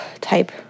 type